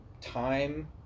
time